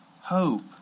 Hope